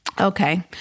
okay